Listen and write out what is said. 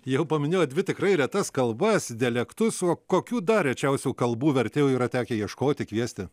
jau paminėjot dvi tikrai retas kalbas dialektus o kokių dar rečiausių kalbų vertėjų yra tekę ieškoti kviesti